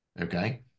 Okay